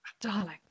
darling